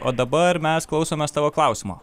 o dabar mes klausomės tavo klausimo